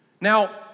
Now